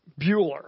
Bueller